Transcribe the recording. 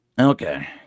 Okay